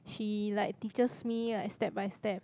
she like teaches me like step by step